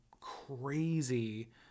crazy